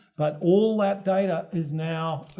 but, all that data is now,